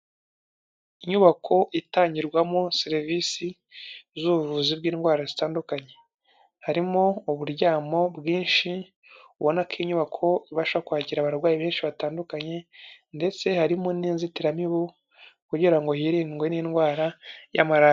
Inyubako itangirwamo serivisi z'ubuvuzi bw'indwara zitandukanye, harimo uburyamo bwinshi, ubona ko iyi nyubako ibasha kwakira abarwayi benshi batandukanye ndetse harimo n'inzitiramibu kugira ngo hirindwe n'indwara ya malariya.